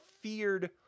feared